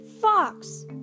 Fox